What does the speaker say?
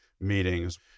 meetings